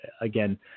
again